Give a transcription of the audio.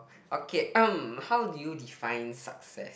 okay um how do you define success